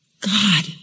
God